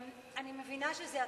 אני מבינה שזה התקנון.